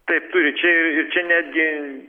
taip turi čia čia netgi